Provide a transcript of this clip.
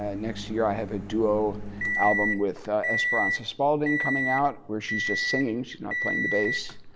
ah next year i have a duo album with esperanza spalding coming out. where she's just singing. she's not playing the bass.